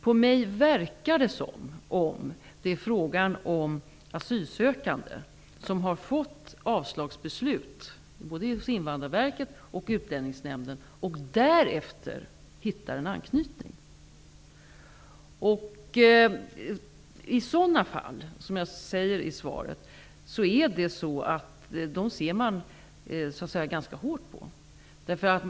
På mig verkar det som om det är fråga om asylsökande som har fått avslagsbeslut både från Invandrarverket och Utlänningsnämnden och som därefter har hittat en anknytning. Sådana fall ser man ganska hårt på, vilket jag sade i mitt svar.